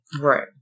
Right